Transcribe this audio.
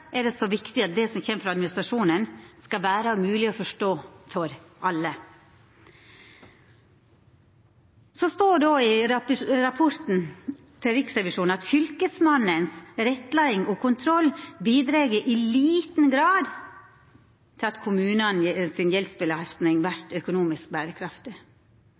er det så viktig at det som kjem frå administrasjonen, skal vera mogleg å forstå for alle. Så står det òg i rapporten frå Riksrevisjonen at Fylkesmannens rettleiing og kontroll bidreg i liten grad til at kommunane si gjeldsbelastning vert økonomisk berekraftig.